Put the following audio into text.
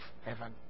heaven